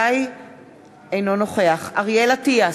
אינו נוכח אריאל אטיאס,